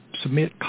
submit